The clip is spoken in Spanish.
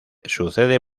sucede